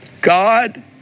God